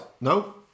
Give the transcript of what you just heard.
No